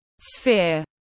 sphere